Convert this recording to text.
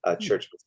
church